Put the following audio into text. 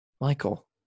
Michael